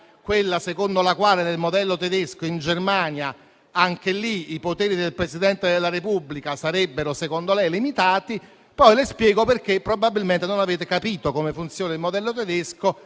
secondo la quale nel modello tedesco in Germania i poteri del Presidente della Repubblica sarebbero - secondo lei - limitati, poi le spiego perché probabilmente non avete capito come funziona il modello tedesco